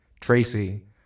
Tracy